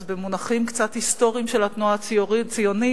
אז, במונחים קצת היסטוריים של התנועה הציונית,